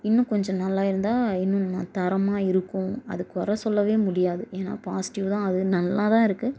இன்னும் கொஞ்சம் நல்லா இருந்தால் இன்னும் தரமாக இருக்கும் அதை குற சொல்லவே முடியாது ஏன்னா பாசிட்டிவ் தான் அது நல்லா தான் இருக்கு